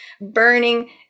burning